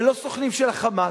ולא סוכנים של ה"חמאס"